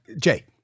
Jay